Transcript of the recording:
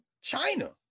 China